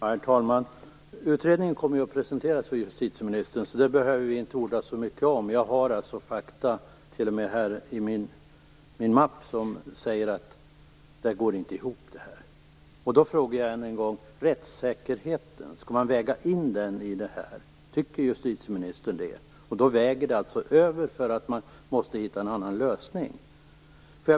Herr talman! Utredningen kommer att presenteras för justitieministern, så vi behöver inte orda så mycket om den. Jag har fakta, t.o.m. i den mapp som jag har med mig här, som visar att detta inte går ihop. Jag frågar än en gång: Tycker justitieministern att man skall väga in rättssäkerheten i detta? I så fall väger det över så att man måste hitta en annan lösning.